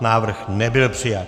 Návrh nebyl přijat.